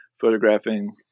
photographing